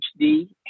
HD